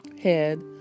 head